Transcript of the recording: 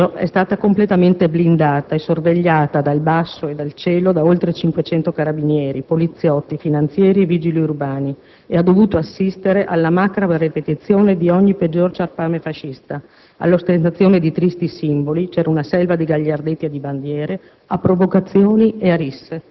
Anche quest'anno Schio è stata completamente blindata e sorvegliata dal basso e dal cielo da oltre 500 carabinieri, poliziotti, finanzieri e vigili urbani e ha dovuto assistere alla macabra ripetizione di ogni peggior ciarpame fascista, all'ostentazione di tristi simboli (c'era una selva di gagliardetti e bandiere),